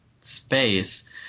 space